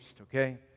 okay